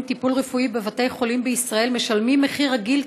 טיפול בבית חולים בישראל משלמים מחיר רגיל,